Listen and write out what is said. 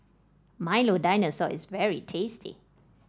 Milo Dinosaur is very tasty